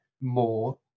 more